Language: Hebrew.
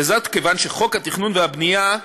כיוון שחוק התכנון והבנייה,